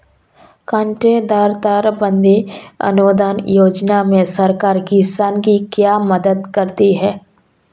कांटेदार तार बंदी अनुदान योजना में सरकार किसान की क्या मदद करती है?